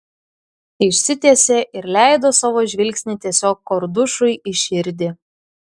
išsitiesė ir leido savo žvilgsnį tiesiog kordušui į širdį